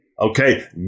okay